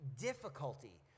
difficulty